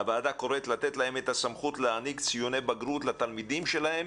הוועדה קוראת לתת להם את הסמכות להעניק ציוני בגרות לתלמידים שלהם,